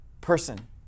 person